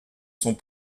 sont